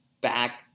back